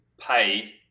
paid